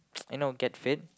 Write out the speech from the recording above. you know get fit